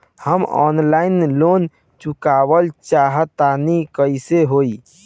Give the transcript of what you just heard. हम offline loan चुकावल चाहऽ तनि कइसे होई?